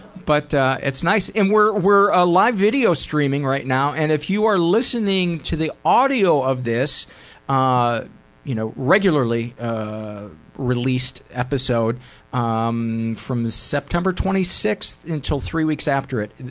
but it's nice. and we're we're ah live video streaming right now, and if you're listening to the audio of this ah you know regularly released episode um from september twenty sixth until three weeks after it,